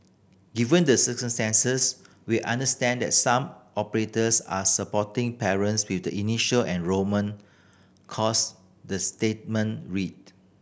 given the circumstances we understand that some operators are supporting parents with the initial enrolment cost the statement read